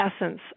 essence